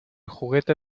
juguete